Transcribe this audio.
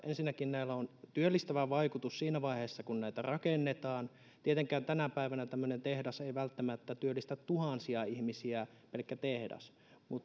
ensinnäkin näillä biotuotetehtailla on työllistävä vaikutus siinä vaiheessa kun näitä rakennetaan tietenkään tänä päivänä tämmöinen tehdas ei välttämättä työllistä tuhansia ihmisiä pelkkä tehdas